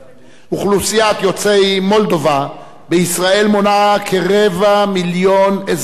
אוכלוסיית יוצאי מולדובה בישראל מונה כרבע מיליון אזרחים,